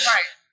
Right